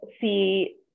see